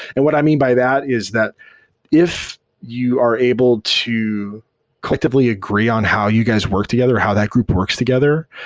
and what i mean by that is that if you are able to collectively agree on how you guys work together, or how that group works together,